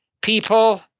people